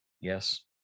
Yes